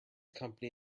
company